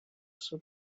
sud